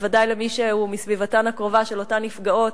בוודאי למי שהוא מסביבתן הקרובה של אותן נפגעות